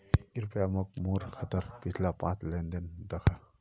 कृप्या मोक मोर खातात पिछला पाँच लेन देन दखा